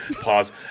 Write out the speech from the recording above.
Pause